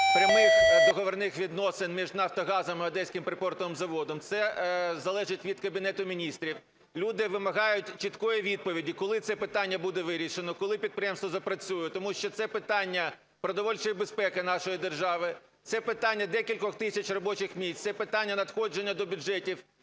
прямих договірних відносин між Нафтогазом і Одеським припортовим заводом. Це залежить від Кабінету Міністрів. Люди вимагають чіткої відповіді, коли це питання буде вирішено, коли підприємство запрацює. Тому що це питання продовольчої безпеки нашої держави. Це питання декількох тисяч робочих місць. Це питання надходження до бюджетів